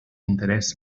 interès